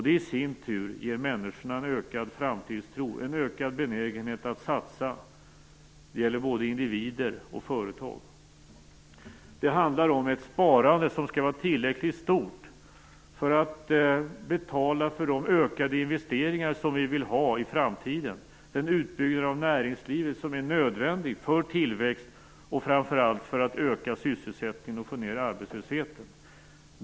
Det i sin tur ger människorna en ökad framtidstro och en ökad benägenhet att satsa. Det gäller både individer och företag. Det handlar om ett sparande som skall vara tillräckligt stort för att betala de ökade investeringar som vi vill ha i framtiden, den utbyggnad av näringslivet som är nödvändig för tillväxten och framför allt för att öka sysselsättningen och få ned arbetslösheten.